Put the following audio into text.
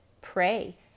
pray